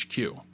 HQ